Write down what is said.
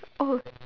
oh